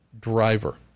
driver